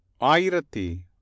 Airati